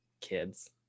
Kids